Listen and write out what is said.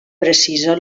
precisa